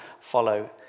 follow